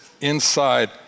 inside